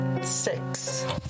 six